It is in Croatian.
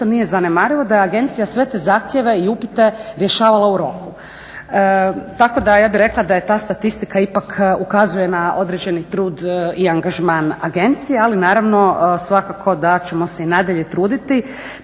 nije zanemarivo da je agencija sve te zahtjeve i upite rješavala u roku. Tako da je ja bih rekla ta statistika ipak ukazuje na određeni trud i angažman agencije, ali naravno svakako da ćemo se i nadalje truditi,